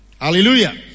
Hallelujah